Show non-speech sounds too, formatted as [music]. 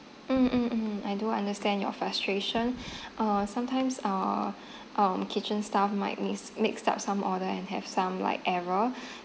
mm mm mm I do understand your frustration uh sometimes uh um kitchen staff might mix mix up some order and have some like error [breath]